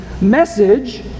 message